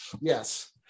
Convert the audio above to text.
Yes